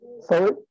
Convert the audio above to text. sorry